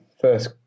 first